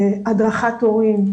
הדרכת הורים,